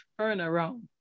turnaround